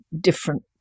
different